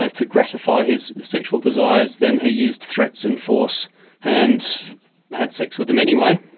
like to gratify his sexual desires then he used threats and force and had sex with them anyway,